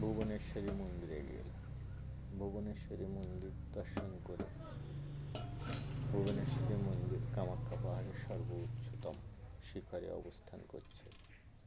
ভুবনেশ্বরী মন্দিরে গেল ভুবনেশ্বরী মন্দির দর্শন করে ভুবনেশ্বরী মন্দির কামাখ্যা বাহিনী সর্ব উচ্চতম শিখরে অবস্থান করছে